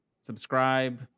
subscribe